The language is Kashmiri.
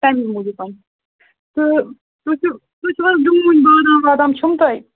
تَمہِ موٗجوٗبَن تہٕ تُہۍ چھُو تُہۍ چھُو حظ ڈوٗنۍ بادام وادام چھُو تۄہہِ